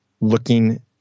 looking